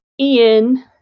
Ian